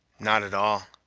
not at all.